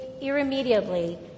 irremediably